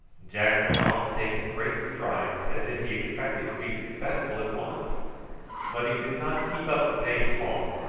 jack went off taking great strides as if he expected to be successful at once but he did not keep up the pace long,